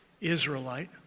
Israelite